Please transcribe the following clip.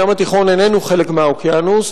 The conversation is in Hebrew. הים התיכון איננו חלק מהאוקיינוס,